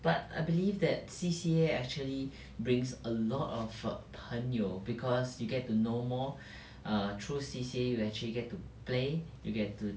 but I believe that C_C_A actually brings a lot of err 朋友 because you get to know more err through C_C_A you actually get to play you get to